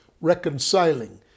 reconciling